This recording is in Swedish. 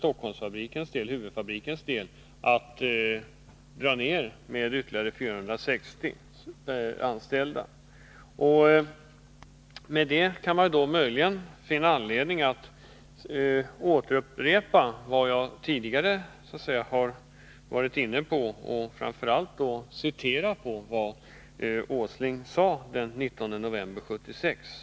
På huvudfabriken ämnar man minska antalet anställda med ytterligare 460 personer. Då kan man möjligen ha anledning upprepa vad jag tidigare har varit inne på och kanske framför allt citera vad Nils Åsling sade den 19 november 1976.